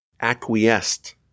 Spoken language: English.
acquiesced